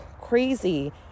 crazy